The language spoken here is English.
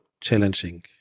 challenging